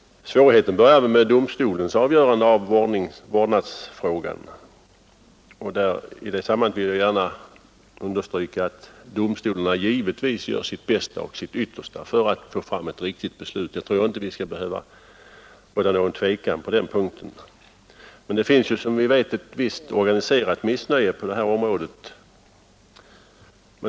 Svårigheten börjar väl med domstolens avgörande av vårdnadsfrågan, och i det sammanhanget vill jag gärna understryka att domstolarna givetvis gör sitt bästa och sitt yttersta för att få fram ett riktigt beslut. Jag tror inte att det skall behöva råda något tvivel på den punkten, men det finns — som vi vet — ett visst organiserat missnöje på det här området.